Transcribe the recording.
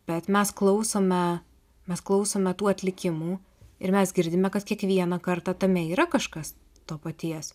bet mes klausome mes klausome tų atlikimų ir mes girdime kad kiekvieną kartą tame yra kažkas to paties